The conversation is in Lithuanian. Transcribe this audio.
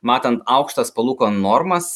matant aukštas palūkanų normas